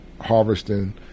harvesting